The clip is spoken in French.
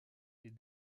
est